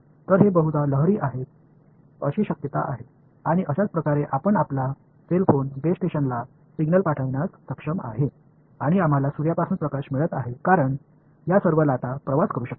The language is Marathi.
तर ते बहुधा लहरी आहेत अशी शक्यता आहे आणि अशाच प्रकारे आपण आपला सेल फोन बेस स्टेशनला सिग्नल पाठविण्यास सक्षम आहे आणि आम्हाला सूर्यापासून प्रकाश मिळत आहे कारण या सर्व लाटा प्रवास करू शकतात